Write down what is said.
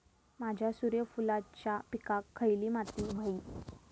माझ्या सूर्यफुलाच्या पिकाक खयली माती व्हयी?